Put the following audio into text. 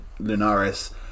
Lunaris